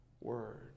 word